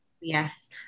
Yes